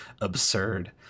absurd